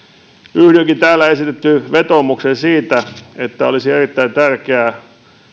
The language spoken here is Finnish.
yhdynkin täällä esitettyyn vetoomukseen siitä että olisi erittäin tärkeää